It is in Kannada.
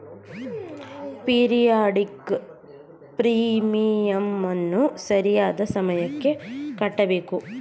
ಪೀರಿಯಾಡಿಕ್ ಪ್ರೀಮಿಯಂನ್ನು ಸರಿಯಾದ ಸಮಯಕ್ಕೆ ಕಟ್ಟಬೇಕು